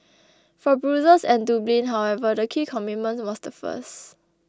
for Brussels and Dublin however the key commitment was the first